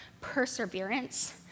perseverance